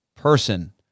person